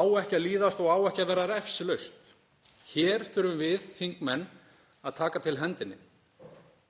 á ekki að líðast og á ekki að vera refsilaust. Hér þurfum við þingmenn að taka til hendinni.